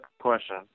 question